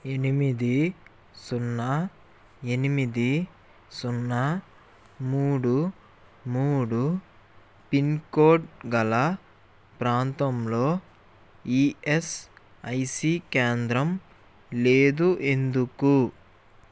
ఎనిమిది సున్నా ఎనిమిది సున్నా మూడు మూడు పిన్కోడ్ గల ప్రాంతంలో ఈఎస్ఐసి కేంద్రం లేదు ఎందుకు